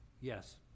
Yes